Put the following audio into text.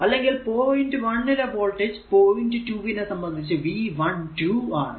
അല്ലെങ്കിൽ പോയിന്റ് 1 ലെ voltage point 2 നെ സംബന്ധിച്ചു V12 ആണ്